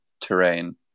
terrain